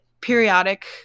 periodic